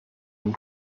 and